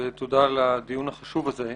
ותודה על הדיון החשוב הזה.